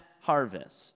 harvest